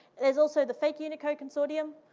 there's also the fake unicode consortium,